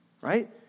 right